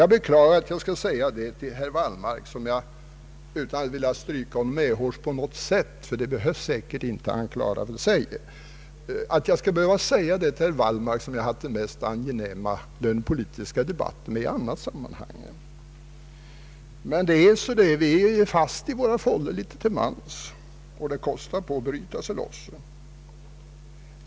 Jag beklagar att jag måste säga det till herr Wallmark som jag — det säger jag utan att vilja stryka honom medhårs på något sätt; det behövs inte, han klarar sig nog — har haft de mest angenäma lönepolitiska debatter med i annat sammanhang. Men det är så där. Vi sitter fast i våra fållor litet till mans, och det kostar på att bryta sig loss.